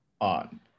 on